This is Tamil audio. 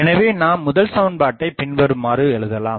எனவே நாம் முதல் சமன்பாட்டை பின்வருமாறு எழுதலாம்